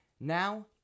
Now